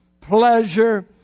pleasure